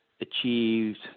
achieved